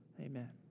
Amen